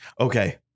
Okay